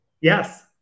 Yes